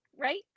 right